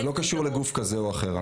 זה לא קשור לגוף כזה או אחרת.